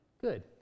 Good